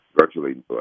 virtually